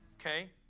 okay